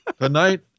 Tonight